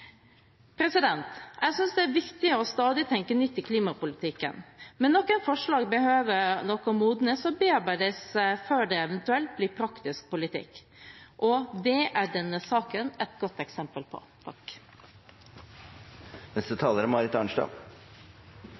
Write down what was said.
Jeg synes det er viktig stadig å tenke nytt i klimapolitikken, men noen forslag behøver nok å modnes og bearbeides før det eventuelt blir praktisk politikk – og det er denne saken et godt eksempel på. Den saken vi behandler i dag, er